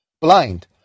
blind